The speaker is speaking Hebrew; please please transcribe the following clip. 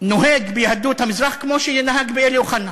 נוהג ביהדות המזרח כמו שנהג באלי אוחנה,